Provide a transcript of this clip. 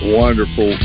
wonderful